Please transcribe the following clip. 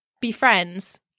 befriends